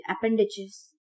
appendages